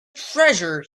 treasure